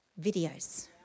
videos